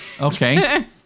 Okay